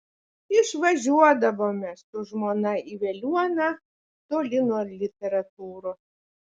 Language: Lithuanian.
išvažiuodavome su žmona į veliuoną toli nuo literatūros